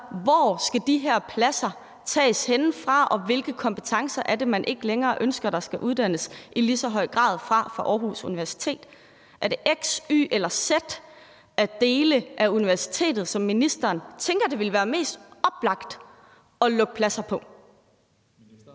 hvor skal de her pladser tages fra, og hvilke kompetencer er det, at man ikke længere ønsker at folk skal uddannes til at få i lige så høj grad ved Aarhus Universitet? Er det x-, y- eller z-delen af universitetet, som ministeren tænker at det ville være mest oplagt at lukke pladser på?